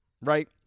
right